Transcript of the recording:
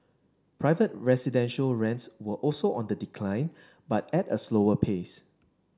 private residential rents were also on the decline but at a slower pace